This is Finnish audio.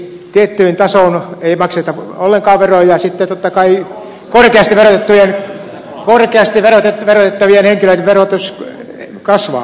tiettyyn tasoon ei makseta ollenkaan veroja sitten totta kai korkeasti verotettavien henkilöiden verotus kasvaa